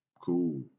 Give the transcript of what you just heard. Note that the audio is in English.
Cool